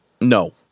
No